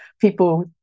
people